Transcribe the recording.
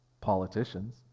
politicians